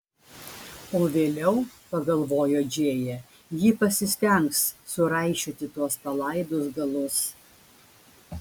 o vėliau pagalvojo džėja ji pasistengs suraišioti tuos palaidus galus